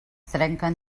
trenquen